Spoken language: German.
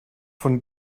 von